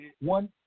One